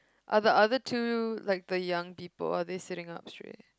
are the other two like the young people are they sitting up straight